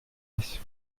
ich